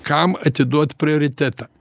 kam atiduot prioritetą